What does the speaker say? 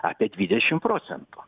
apie dvidešim procentų